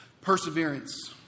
perseverance